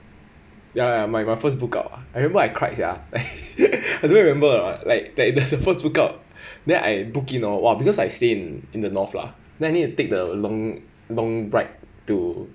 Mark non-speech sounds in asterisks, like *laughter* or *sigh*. ya my my first book out ah I remember I cried sia *laughs* I don't remember like like the first book out then I book in or what because I stay in in the north lah then you take the long long ride to